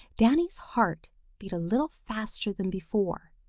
danny's heart beat a little faster than before,